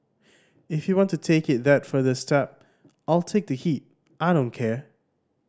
if you want to take it that further step I'll take the heat I don't care